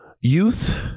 youth